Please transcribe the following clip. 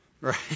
Right